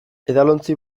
edalontzi